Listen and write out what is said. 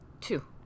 two